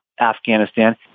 Afghanistan